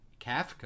Kafka